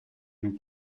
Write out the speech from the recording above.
nous